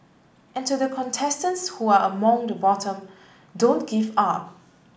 and to the contestants who are among the bottom don't give up